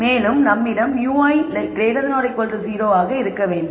மேலும் நம்மிடம் μi 0 ஆக இருக்க வேண்டும்